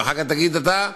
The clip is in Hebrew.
ואחר כך תגיד: אתה,